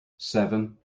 seven